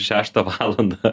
šeštą valandą